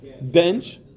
bench